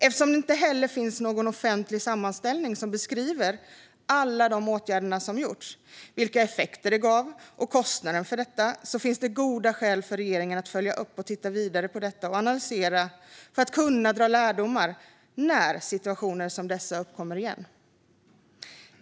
Eftersom det inte finns någon offentlig sammanställning som beskriver alla de åtgärder som har vidtagits - vilka effekter de gav och kostnaden för detta - finns det goda skäl för regeringen att följa upp detta och titta vidare och analysera det för att kunna dra lärdomar när situationer som dessa uppkommer igen.